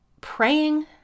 praying